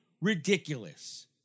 ridiculous